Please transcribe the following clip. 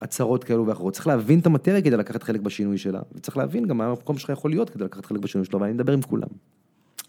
עצרות כאילו ואחרות צריך להבין את המטרה כדי לקחת חלק בשינוי שלה וצריך להבין גם מה המקום שלך יכול להיות כדי לקחת חלק בשינוי שלו ואני מדבר עם כולם.